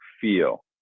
feel